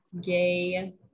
gay